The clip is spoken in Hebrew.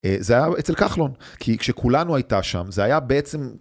זה היה אצל כחלון כי כשכולנו הייתה שם זה היה בעצם.